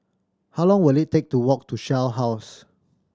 how long will it take to walk to Shell House